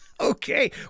Okay